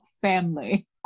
family